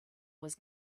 was